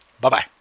Bye-bye